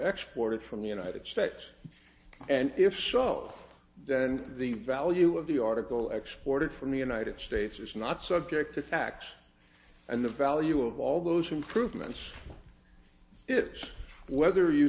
export from the united states and if so then the value of the article exported from the united states is not subject to tax and the value of all those improvements it's whether you